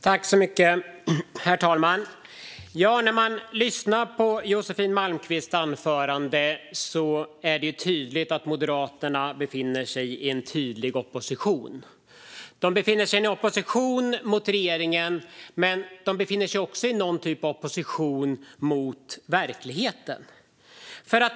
Herr talman! När man lyssnar på Josefin Malmqvists anförande är det tydligt att Moderaterna befinner sig i opposition. De befinner sig i opposition mot regeringen men också i någon typ av opposition mot verkligheten.